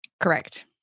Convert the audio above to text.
Correct